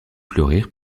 fleurir